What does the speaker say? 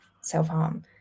self-harm